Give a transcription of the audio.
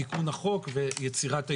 וזה הצורך בתיקון החוק ויצירת האיזון.